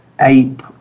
ape